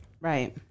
Right